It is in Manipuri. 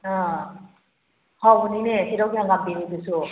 ꯑꯥ ꯍꯥꯎꯕꯅꯤꯅꯦ ꯁꯦꯔꯧꯒꯤ ꯍꯪꯒꯥꯝ ꯄꯦꯔꯦꯗꯨꯁꯨ